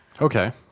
Okay